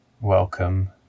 welcome